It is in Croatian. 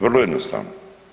Vrlo jednostavno.